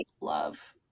love